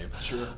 sure